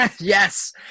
Yes